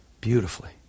Beautifully